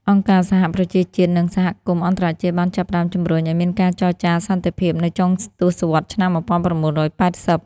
អង្គការសហប្រជាជាតិ និងសហគមន៍អន្តរជាតិបានចាប់ផ្ដើមជំរុញឱ្យមានការចរចាសន្តិភាពនៅចុងទសវត្សរ៍ឆ្នាំ១៩៨០។